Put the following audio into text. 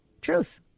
truth